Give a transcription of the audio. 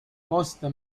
costa